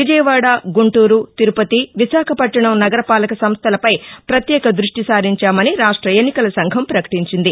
విజయవాడ గుంటూరు తిరుపతి విశాఖపట్లణం నగరపాలక సంస్థలపై ప్రత్యేక ద్బష్షి సారించామని రాష్ట్ర ఎన్నికల సంఘం పకటించింది